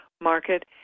market